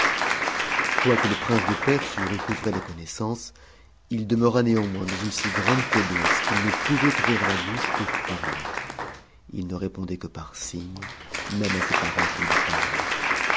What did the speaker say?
quoique le prince de perse eût recouvré la connaissance il demeura néanmoins dans une si grande faiblesse qu'il ne pouvait ouvrir la bouche pour parler i ne répondait que par signes même à ses parents qui lui parlaient